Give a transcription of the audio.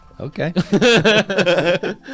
okay